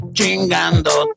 Chingando